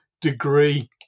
degree